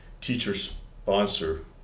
teacher-sponsor